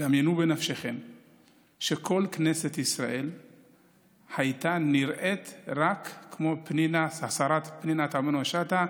דמיינו בנפשכם שכל כנסת ישראל הייתה נראית רק כמו השרה פנינה תמנו שטה,